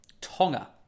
Tonga